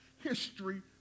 History